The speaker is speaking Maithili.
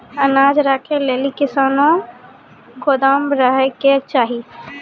अनाज राखै लेली कैसनौ गोदाम रहै के चाही?